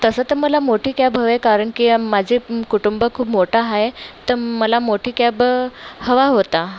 तसं तर मला मोठी कॅब हवे आहे कारण की अम् माझे कुटुंब खूप मोठं आहे तर मला मोठी कॅब हवा होता